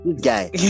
guy